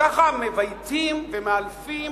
וככה מבייתים ומאלפים